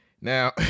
now